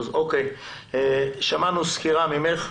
שמענו ממך סקירה.